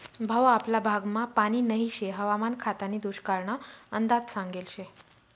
भाऊ आपला भागमा पानी नही शे हवामान खातानी दुष्काळना अंदाज सांगेल शे